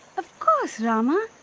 of course, rama.